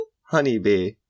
Honeybee